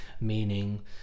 meaning